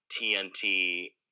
TNT